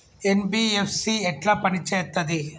NBFC ఎట్ల పని చేత్తది?